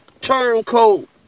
turncoat